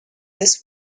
this